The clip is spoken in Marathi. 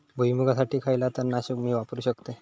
भुईमुगासाठी खयला तण नाशक मी वापरू शकतय?